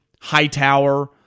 Hightower